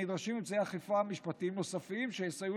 נדרשים אמצעי אכיפה משפטיים נוספים שיסייעו